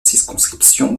circonscription